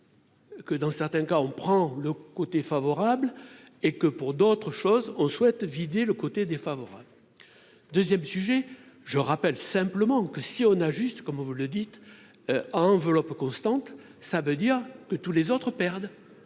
Que dans certains cas, on prend le côté favorable et que, pour d'autres choses, on souhaite vider le côté défavorable 2ème sujet : je rappelle simplement que si on ajuste comme vous le dites à enveloppe constante, ça veut dire que tous les autres perdent